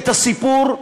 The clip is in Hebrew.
את הסיפור,